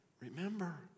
Remember